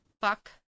Fuck